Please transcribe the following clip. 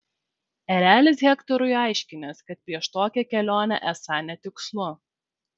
erelis hektorui aiškinęs kad prieš tokią kelionę esą netikslu